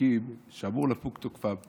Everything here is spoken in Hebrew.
חוקים שאמור לפוג תוקפם,